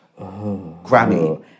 Grammy